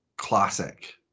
Classic